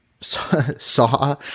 saw